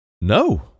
No